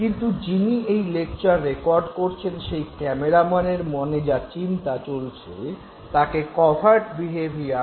কিন্তু এই লেকচার যিনি রেকর্ড করছেন সেই ক্যামেরাম্যানের মনে যা চিন্তা চলছে তাকে কভার্ট বিহেভিয়ার বা প্রচ্ছন্ন আচরণ বলে